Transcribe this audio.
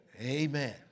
Amen